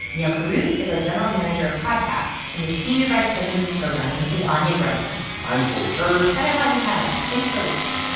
neal carruth is our general manager of podcasts. and the senior vice president of programming is anya grundmann i'm cory turner and i'm anya kamenetz. thanks for listening